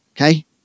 Okay